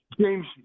James